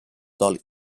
d’oli